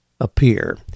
appear